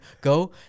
go